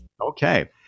Okay